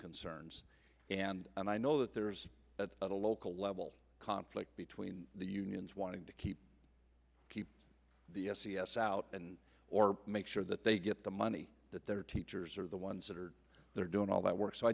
concerns and and i know that there's at the local level conflict between the unions wanting to keep keep the s e s out and or make sure that they get the money that their teachers are the ones that are there doing all that work so i